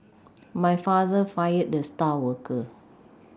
my father fired the star worker